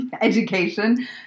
education